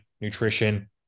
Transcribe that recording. nutrition